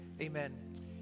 amen